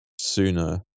sooner